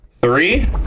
Three